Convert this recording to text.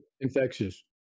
infectious